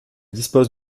dispose